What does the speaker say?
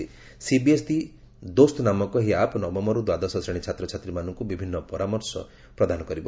'CBSE Dost' ନାମକ ଏହି app ନବମରୁ ଦ୍ୱାଦଶ ଶ୍ରେଣୀ ଛାତ୍ରଛାତ୍ରୀମାନଙ୍କୁ ବିଭିନ୍ନ ପରାମର୍ଶ ପ୍ରଦାନ କରିବ